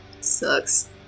Sucks